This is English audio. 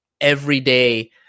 everyday